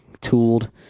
tooled